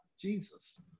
Jesus